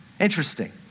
Interesting